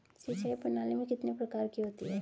सिंचाई प्रणाली कितने प्रकार की होती हैं?